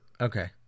Okay